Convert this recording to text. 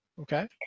Okay